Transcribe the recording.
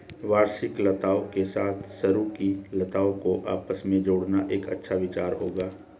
वार्षिक लताओं के साथ सरू की लताओं को आपस में जोड़ना एक अच्छा विचार होगा